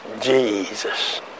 Jesus